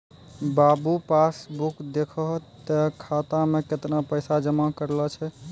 बाबू passbook देखहो तें खाता मे कैतना पैसा जमा करलो छै